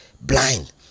blind